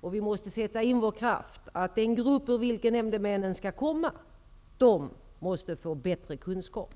och att vi måste sätta in vår kraft på att den grupp ur vilken nämndemännen utses skall ges bättre kunskap.